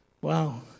Wow